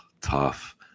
Tough